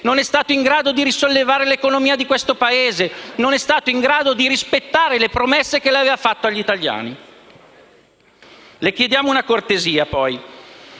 non è stato in grado di risollevare l'economia di questo Paese, non è stato in grado di rispettare le promesse fatte agli italiani. Le chiediamo una cortesia: eviti